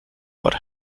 what